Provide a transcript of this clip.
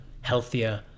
healthier